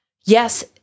yes